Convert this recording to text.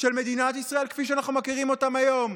של מדינת ישראל כפי שאנחנו מכירים אותה היום.